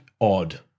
odd